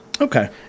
okay